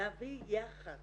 להביא יחד